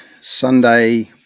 Sunday